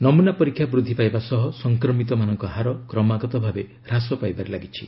ନମୁନା ପରୀକ୍ଷା ବୃଦ୍ଧି ପାଇବା ସହ ସଂକ୍ମିତମାନଙ୍କ ହାର କ୍ମାଗତ ଭାବେ ହ୍ାସ ପାଇବାରେ ଲାଗିଛି